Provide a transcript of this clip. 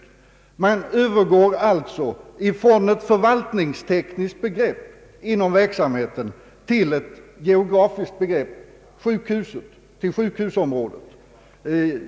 Man övergår alltså från ett förvaltningstekniskt begrepp »inom verksamheten» till ett geografiskt begrepp »på sjukhuset».